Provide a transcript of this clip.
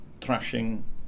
thrashing